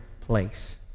place